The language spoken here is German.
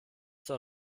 zur